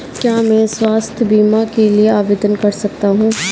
क्या मैं स्वास्थ्य बीमा के लिए आवेदन कर सकता हूँ?